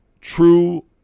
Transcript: true